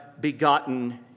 begotten